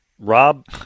Rob